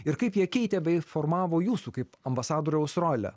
ir kaip jie keitė bei formavo jūsų kaip ambasadoriaus rolę